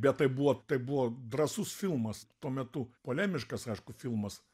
bet tai buvo tai buvo drąsus filmas tuo metu polemiškas aišku filmas